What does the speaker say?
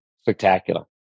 spectacular